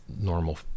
normal